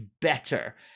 better